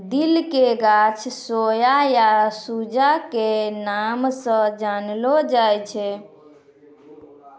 दिल के गाछ सोया या सूजा के नाम स जानलो जाय छै